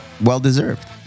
Well-deserved